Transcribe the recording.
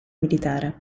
militare